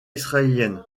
israélienne